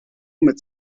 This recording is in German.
mit